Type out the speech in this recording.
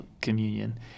communion